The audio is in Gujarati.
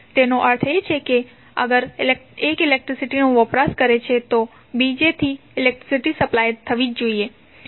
તેનો અર્થ એ છે કે અગર એક ઇલેક્ટ્રિસીટીનો વપરાશ કરે છે તો બીજેથી ઇલેક્ટ્રિસીટી સપ્લાય થવી જોઇએ